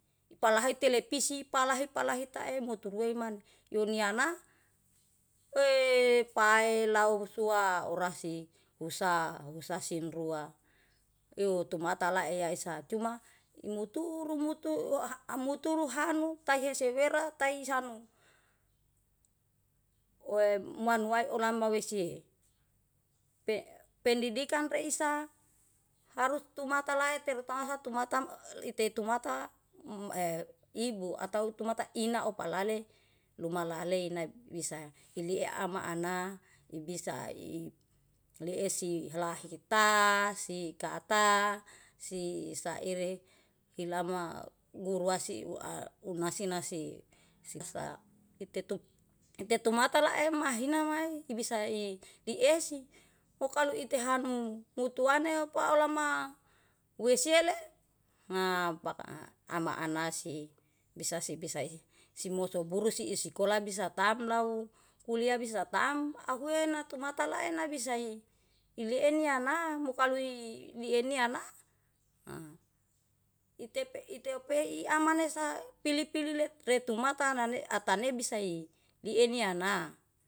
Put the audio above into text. Palahae telepisi palahe-palahe taemo tuweimanu yuniana ee pae lau sua orasih usa-usa sin rua euw tumata lae yaesa cuma muturu mutu uhaa, muturu hanu taehese wera taisanu we manu wae olama wehsie. Pendidikan reisa harus tumata lae lae terutama tumata e tumatam ite tumata ibu atau tumata ina opale luma laleina bisa ilie ama ana, ibisa i lie si lahetaa, si kata, si saire hilama guru wasi a unasi nasi sinastaem. Ite tetu mata laem mahina mae ibisa i riehsi. Mo kalu ite han mutuane paolama wehsiele, ngapakaa ama anasi bisa-sibisa ih simosu burusi siisikola bisa tam lau, kuliah bisa tam ahue natumata lae nabisa i ile enianam mo kalu i dien ni ana a. Itepe itepei amanesa pilih-pilih retumata nane atane bisa i lie niana.